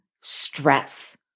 stress